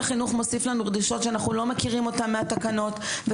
שאנחנו לא מכירים אותן מהתקנות.